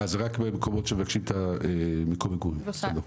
אה זה רק במקומות שמבקשים את המקום מגורים, בסדר.